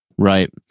Right